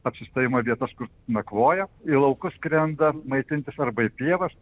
apsistojimo vietas kur nakvoja į laukus skrenda maitintis arba į pievas